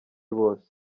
bose